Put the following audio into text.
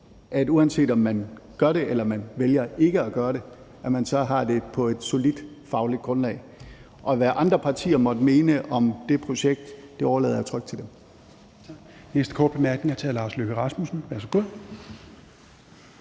man, uanset om man gør det eller vælger ikke at gøre det, har et solidt fagligt grundlag. Og hvad andre partier måtte mene om det projekt, overlader jeg trygt til dem.